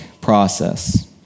process